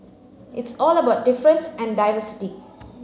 it's all about difference and diversity